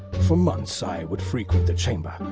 for months, i would frequent the chamber,